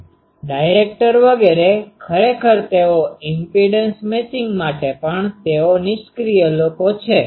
ડાઈરેક્ટરdirectorદિગ્દર્શકો વગેરે ખરેખર તેઓ ઈમ્પેડન્સ મેચિંગ માટે પણ તેઓ નિષ્ક્રિય લોકો છે